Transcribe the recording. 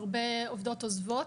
הרבה עובדות עוזבות.